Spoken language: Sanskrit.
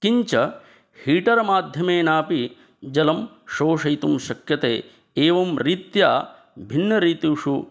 किञ्च हीटर्माध्यमेनापि जलं शोषयितुं शक्यते एवं रीत्या भिन्नऋतुषु